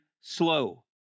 slow